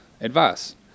advice